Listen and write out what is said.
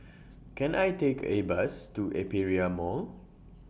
Can I Take A Bus to Aperia Mall